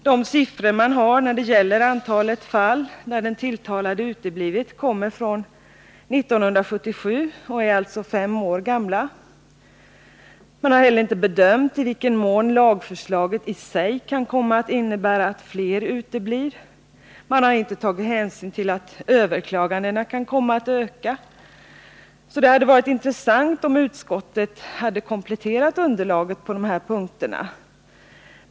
De siffror man har när det gäller antalet fall där den tilltalade uteblivit kommer från 1977 och är alltså fem år gamla. Man har inte heller bedömt i vilken mån lagförslaget i sig kan komma att innebära att fler uteblir, liksom man inte tagit hänsyn till att överklagandena kan komma att öka. Det hade varit intressant om utskottet hade kompletterat underlaget på dessa punkter.